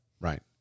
Right